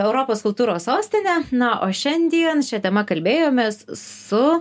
europos kultūros sostinė na o šiandien šia tema kalbėjomės su